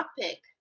topic